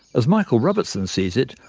as michael robertson sees it,